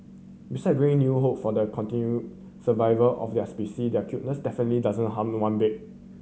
beside bringing new hope for the continue survival of their specy their cuteness definitely doesn't harm one bit